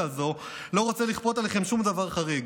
הזו לא רוצה לכפות עליכם שום דבר חריג,